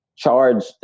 charged